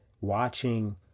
watching